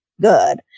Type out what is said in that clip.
good